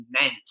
meant